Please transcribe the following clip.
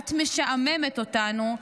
את משעממת אותנו",